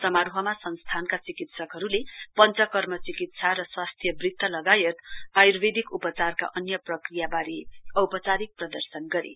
समारोहमा संस्थानका चिकित्सकहरूले पञ्चकर्म चिकित्सा र स्वास्थ्य वृत्र लगायत आयुर्वेदिक उपचारका अन्य प्रक्रिया वारे औपचारिक प्रदर्शन गरे